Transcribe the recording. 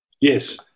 Yes